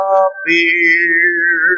appear